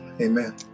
amen